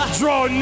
draw